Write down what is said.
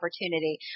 opportunity